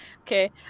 Okay